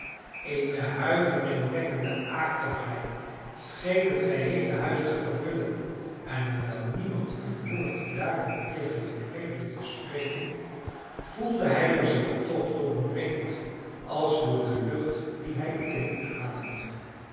eene huiveringwekkende akeligheid scheen het geheele huis te vervullen en hoewel niemand een woord daarvan tegen legree durfde spreken voelde hij er zich toch door omringd als door de lucht die hij inademde